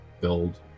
build